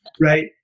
right